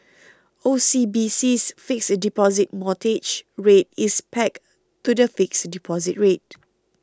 OCBC's Fixed Deposit Mortgage Rate is pegged to the fixed deposit rate